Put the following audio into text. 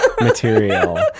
material